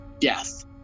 death